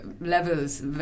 levels